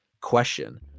Question